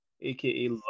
aka